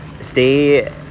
stay